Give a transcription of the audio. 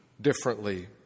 differently